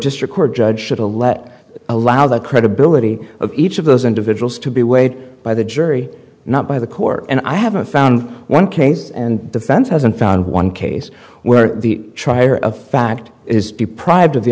just record judge should allege allow the credibility of each of those individuals to be weighed by the jury not by the court and i haven't found one case and defense hasn't found one case where the trier of fact is deprived of the